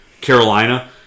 Carolina